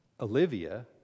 Olivia